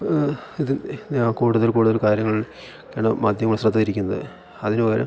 ഇപ്പം ഇത് കൂടുതൽ കൂടുതൽ കാര്യങ്ങൾ ആണ് മാധ്യമങ്ങൾ ശ്രദ്ധ തിരിക്കുന്നത് അതിന് പകരം